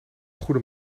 goede